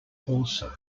also